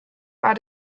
war